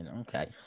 Okay